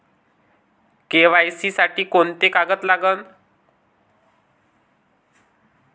KYC साठी कोंते कागद लागन?